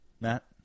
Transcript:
Matt